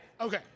Okay